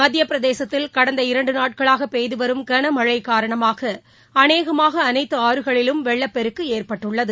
மத்திய பிரதேசத்தில் கடந்த இரண்டு நாட்களாக பெய்து வரும் கனமழை காரணமாக அநேகமாக அனைத்து ஆறுகளிலும் வெள்ளப்பெருக்கு ஏற்பட்டுள்ளது